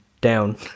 down